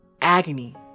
agony